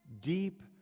deep